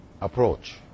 approach